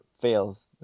fails